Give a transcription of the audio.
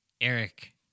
Eric